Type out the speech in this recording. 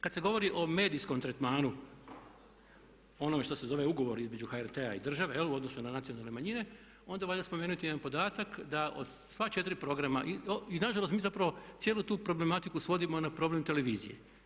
Kad se govori o medijskom tretmanu, onome što se zove Ugovor između HRT-a i države u odnosu na nacionalne manjine onda valja spomenuti jedan podatak, da od sva četiri programa i na žalost mi zapravo cijelu tu problematiku svodimo na problem televizije.